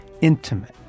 intimate